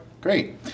Great